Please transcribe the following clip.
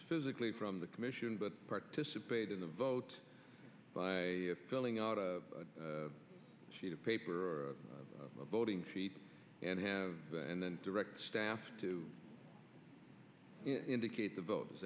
physically from the commission but participate in the vote by filling out a sheet of paper or voting feet and have and then direct staff to indicate the vote is